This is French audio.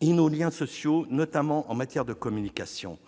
et nos liens sociaux, notamment en matière de communication.